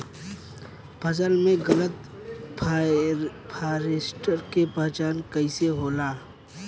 फसल में लगल फारेस्ट के पहचान कइसे होला?